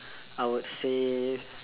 I would say